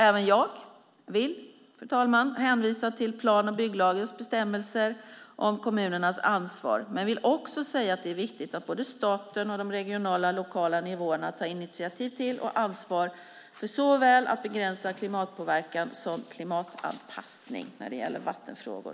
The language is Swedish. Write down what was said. Även jag vill hänvisa till plan och bygglagens bestämmelser om kommunernas ansvar, men jag vill också säga att det är viktigt att både staten och de regionala och lokala nivåerna tar initiativ till och ansvar för såväl begränsning av klimatpåverkan som klimatanpassning när det gäller vattenfrågor.